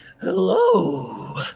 hello